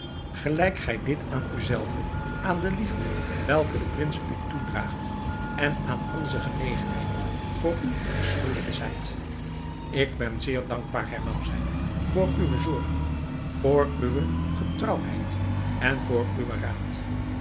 gelijk gij dit aan u zelve aan de liefde welke de prins u toedraagt en aan onze genegenheid voor u verschuldigd zijt ik ben zeer dankbaar hernam zij voor uwe zorgen voor uwe getrouwheid en voor uwen raad